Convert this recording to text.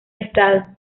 estado